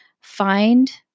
find